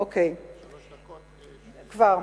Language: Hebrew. אוקיי, כבר.